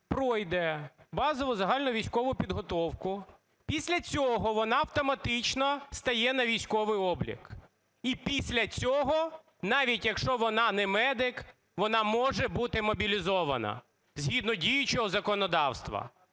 пройде базову загальновійськову підготовку, після цього вона автоматично стає на військовий облік і після цього, навіть якщо вона не медик, вона може бути мобілізована згідно діючого законодавства,